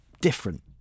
different